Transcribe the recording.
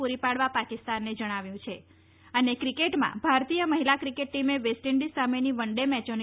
પૂરી પાડવા પાકિસ્તાનને જણાવ્યું છે અને ક્રિકેટમાં ભારતીય મહિલા ક્રિકેટ ટીમે વેસ્ટઇન્ડિઝ સામેની વન ડે મેચોની